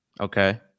okay